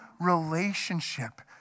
relationship